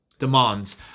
demands